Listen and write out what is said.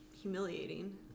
humiliating